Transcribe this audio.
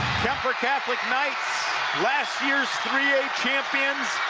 kuemper catholic knights last year's three a champions,